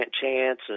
chance